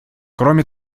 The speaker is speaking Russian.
кроме